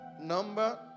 Number